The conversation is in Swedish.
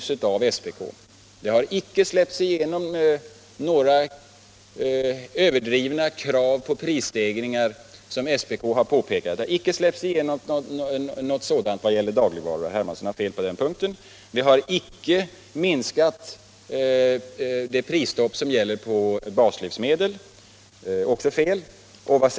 Som SPK har påpekat har det icke släppts igenom några överdrivna krav på prisstegringar vad gäller dagligvarorna — herr Hermansson har fel på den punkten. Vi har icke minskat det prisstopp som gäller på baslivsmedel — också där har han fel.